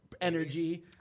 energy